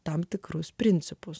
tam tikrus principus